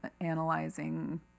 analyzing